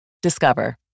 Discover